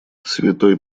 святой